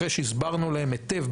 אחרי שהסברנו להם היטב,